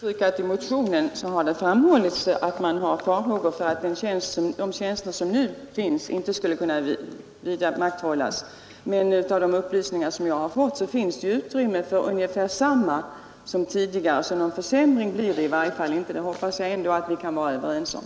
Herr talman! I motionen har framhållits att man hyser farhågor för att de tjänster som nu finns inte skulle kunna vidmakthållas. Men enligt de upplysningar jag har fått finns utrymme för ungefär samma antal tjänster som tidigare. Någon försämring blir det i varje fall inte. Det hoppas jag att vi kan vara överens om.